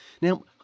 Now